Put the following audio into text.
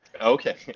Okay